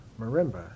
marimba